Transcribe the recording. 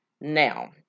Now